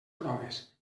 proves